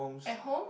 at home